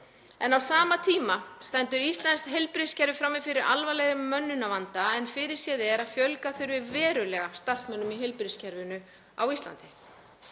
Á sama tíma stendur íslenskt heilbrigðiskerfi frammi fyrir alvarlegum mönnunarvanda en fyrirséð er að fjölga þurfi verulega starfsmönnum í heilbrigðiskerfinu á Íslandi.